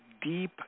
deep